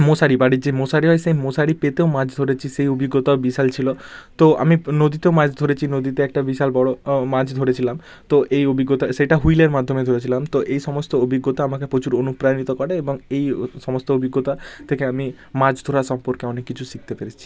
মশারি বাড়ির যে মশারি হয় সেই মশারি পেতেও মাছ ধরেছি সেই অভিজ্ঞতা বিশাল ছিলো তো আমি নদীতেও মাছ ধরেছি নদীতে একটা বিশাল বড়ো মাছ ধরেছিলাম তো এই অভিজ্ঞতা সেটা হুইলের মাধ্যমে ধরেছিলাম তো এই সমস্ত অভিজ্ঞতা আমাকে প্রচুর অনুপ্রাণিত করে এবং এই ও সমস্ত অভিজ্ঞতা থেকে আমি মাছ ধরা সম্পর্কে অনেক কিছু শিখতে পেরেছি